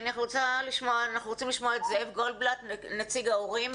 אנחנו רוצים לשמוע את זאב גולדבלט, נציג ההורים.